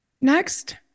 Next